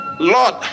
Lord